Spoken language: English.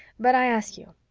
but i ask you,